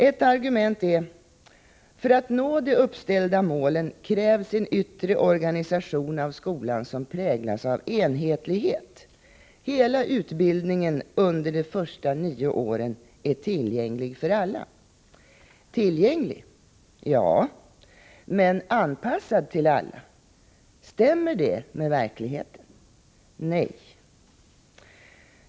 Ett argument är: ”För att nå de uppställda målen krävs enligt utskottet en yttre organisation av skolan som präglas av enhetlighet. Hela utbildningen under de första nio åren är tillgänglig för alla.” Tillgänglig— ja. Men anpassad till alla — stämmer det med verkligheten? Nej!